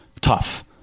tough